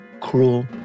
cruel